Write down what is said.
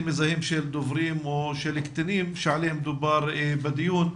מזהים של דוברים או קטינים שעליהם דובר בדיון.